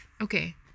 okay